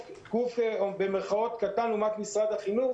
גוף שהוא במירכאות קטן לעומת משרד החינוך